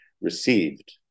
received